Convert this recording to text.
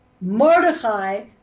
Mordecai